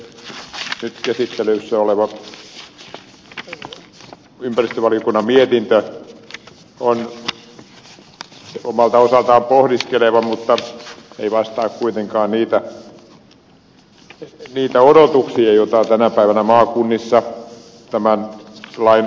nyt käsittelyssä oleva ympäristövaliokunnan mietintö on omalta osaltaan pohdiskeleva mutta ei vastaa kuitenkaan niitä odotuksia joita tänä päivänä maakunnissa tämän lain osalta on